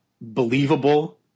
believable